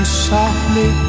softly